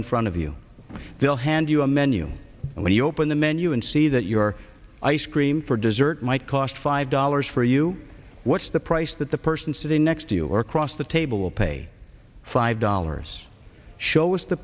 in front of you will hand you a menu and when you open the menu and see that your ice cream for dessert might cost five dollars for you what's the price that the person sitting next to you or across the table will pay five dollars shows the